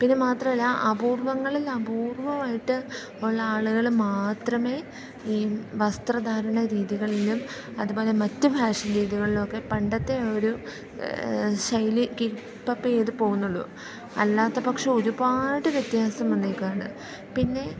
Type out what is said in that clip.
പിന്നെ മാത്രമല്ല അപൂർവ്വങ്ങളിൽ അപൂർവ്വമായിട്ട് ഉള്ള ആളുകൾ മാത്രമേ ഈ വസ്ത്രധാരണ രീതികളിലും അതുപോലെ മറ്റു ഫാഷൻ രീതികളിലുമൊക്കെ പണ്ടത്തെ ഒരു ശൈലി കീപ്പപ്പ് ചെയ്ത് പോവുന്നുള്ളൂ അല്ലാത്ത പക്ഷം ഒരുപാട് വ്യത്യാസം വന്നിരിക്കുകയാണ് പിന്നെ